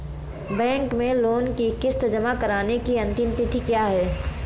Bank में loan की किश्त जमा कराने की अंतिम तिथि क्या है?